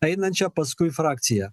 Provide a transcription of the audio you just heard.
einančią paskui frakciją